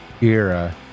era